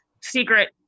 secret